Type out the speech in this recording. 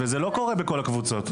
וזה לא קורה בכל הקבוצות.